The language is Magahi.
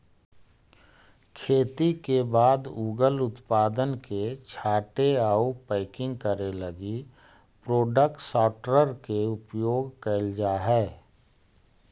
खेती के बाद उगल उत्पाद के छाँटे आउ पैकिंग करे लगी प्रोडक्ट सॉर्टर के उपयोग कैल जा हई